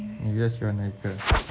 你比较喜欢哪一个